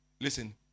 Listen